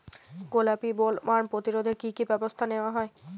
গোলাপী বোলওয়ার্ম প্রতিরোধে কী কী ব্যবস্থা নেওয়া হয়?